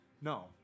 No